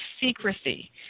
secrecy